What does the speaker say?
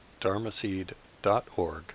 dharmaseed.org